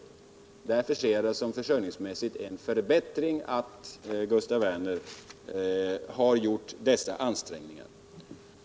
Därför ser jag det försörjningsmässigt som en förbättring att Gustaf Werner AB har gjort dessa ansträngningar.